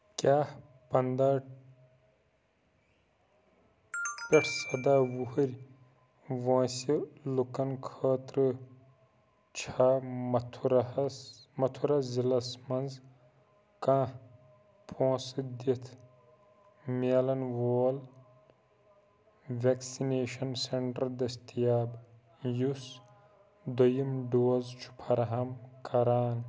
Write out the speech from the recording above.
کیٛاہ پَنٛداہ پٮ۪ٹھ سَداہ وُہٕرۍ وٲنٛسہِ لوٗکن خٲطرٕ چھا مَتھوٗراہس متھوٗرا ضلعس مَنٛز کانٛہہ پۅنٛسہٕ دِتھ میلن وول ویکسِنیشن سینٹر دٔستِیاب یُس دوٚیُم ڈوز چھُ فراہم کران